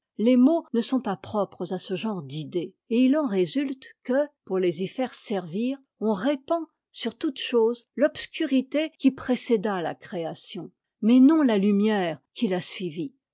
les mots ne sont pas propres à ce genre d'idées et il en résulte que pour les y faire servir on répand sur toutes choses l'obscurité qui précéda la création mais non la iumière qui l'a suivie